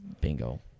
Bingo